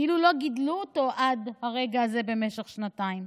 כאילו לא גידלו אותו עד הרגע הזה במשך שנתיים.